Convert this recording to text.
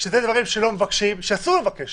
שזה דברים שאסור לבקש